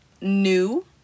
new